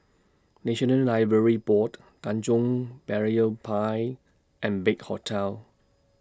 National Library Board Tanjong Berlayer Pier and Big Hotel